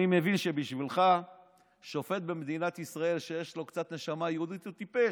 אני מבין שבשבילך שופט במדינת ישראל שיש לו קצת נשמה יהודית הוא טיפש.